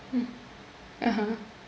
mm (uh huh)